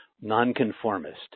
nonconformist